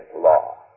Law